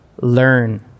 learn